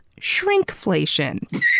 shrinkflation